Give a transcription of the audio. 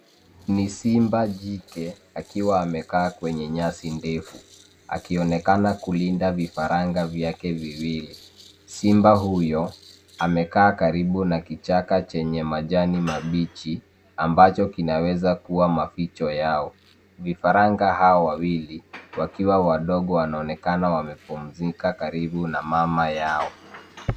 Ni simba jike, akiwa amekaa kwenye nyasi ndefu, akionekana kulinda vifaranga vyake viwili. Simba huyo amekaa karibu na kichaka chenye majani mabichi ambacho kinaweza kuwa maficho yao. Vifaranga hawa wawili wakiwa wadogo wanaonekana wamepumzinka karibu na mama yao.